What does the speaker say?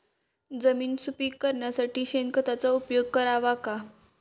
जमीन सुपीक करण्यासाठी शेणखताचा उपयोग करावा का?